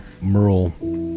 Merle